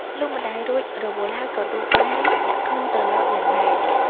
លុះម្ដាយរួចរវល់ហើយ ក៏ដួសបាយដាក់ក្នុងត្រឡោកយ៉ាងណែន។